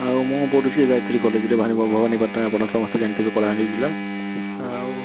ଆଉ ମୁଁ ପଢ଼ୁଛି ଗାୟତ୍ରୀ କଲେଜରେ ଭବାନୀପାଟଣା ଆପଣ ସମସ୍ତେ ଜାଣିଥିବେ କଳାହାଣ୍ଡି ଜିଲ୍ଲା ଆଉ